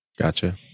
Gotcha